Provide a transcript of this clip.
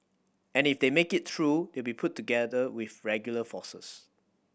and if they make it through they'll be put with regular forces